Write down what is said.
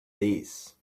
this